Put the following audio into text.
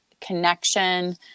connection